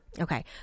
Okay